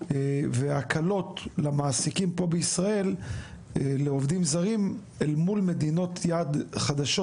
והקלות למעסיקים פה בישראל לעובדים זרים אל מול מדינות יעד חדשות